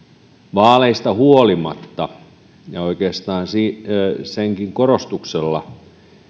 vaaleista huolimatta ja oikeastaan senkin korostuksella